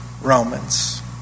Romans